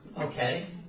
Okay